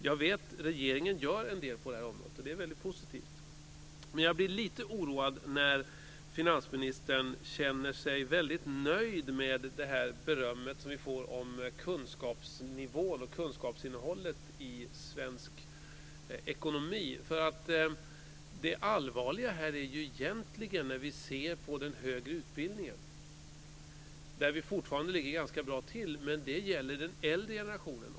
Jag vet att regeringen gör en del på det området, och det är positivt, men jag blir lite oroad när finansministern känner sig väldigt nöjd över det beröm som vi får för kunskapsnivån och kunskapsinnehållet i svensk ekonomi. Det allvarliga i den högre utbildningen, där vi fortfarande ligger ganska bra till, är att detta gäller den äldre generationen.